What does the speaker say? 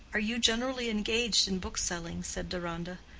are you generally engaged in bookselling? said deronda.